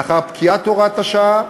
לאחר פקיעת הוראת השעה,